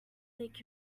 make